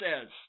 says